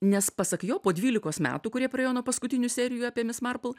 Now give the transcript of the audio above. nes pasak jo po dvylikos metų kurie praėjo nuo paskutinių serijų apie mis marpl